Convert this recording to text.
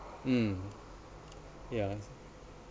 mm yeah